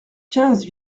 quinze